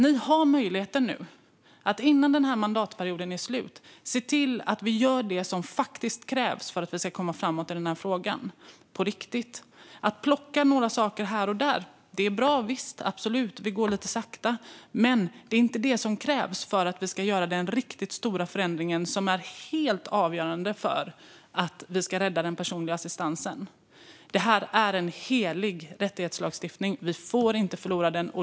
Ni har nu möjlighet att innan mandatperioden är slut se till att göra det som krävs för att vi ska komma framåt i frågan på riktigt. Man kan visst plocka saker här och där. Det är bra, även om det går sakta. Men det är inte vad som krävs för att vi ska kunna göra den riktigt stora förändringen, som ju är helt avgörande för att rädda den personliga assistansen. Detta är en helig rättighetslagstiftning. Vi får inte förlora den.